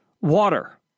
water